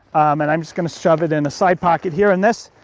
and i'm just gonna shove it in a side pocket here in this.